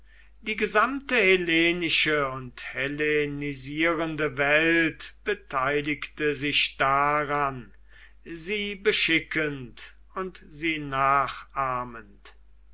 die gesamte hellenische und hellenisierende welt beteiligte sich daran sie beschickend und sie nachahmend